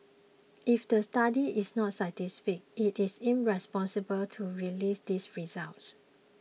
if the study is not scientific it is irresponsible to release these results